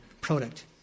product